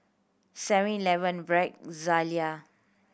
Seven Eleven Bragg Zalia